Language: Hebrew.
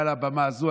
מעל הבמה הזו,